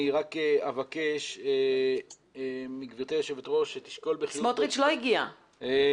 אני אבקש מגברתי היושבת-ראש שתשקול בחיוב --- סמוטריץ' לא הגיע...